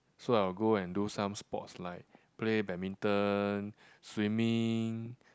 so I will go and do some sports like play badminton swimming